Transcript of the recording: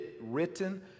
written